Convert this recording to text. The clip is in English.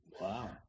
Wow